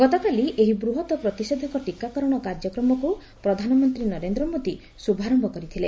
ଗତକାଲି ଏହି ବୃହତ ପ୍ରତିଷେଧକ ଟିକାକରଣ କାର୍ଯ୍ୟକ୍ମକ୍ ପ୍ରଧାନମନ୍ତ୍ରୀ ନରେନ୍ଦ୍ର ମୋଦୀ ଶୁଭାରମ୍ଭ କରିଥିଲେ